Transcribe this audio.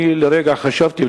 אני לרגע חשבתי,